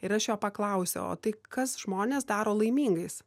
ir aš jo paklausiau o tai kas žmones daro laimingais